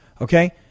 Okay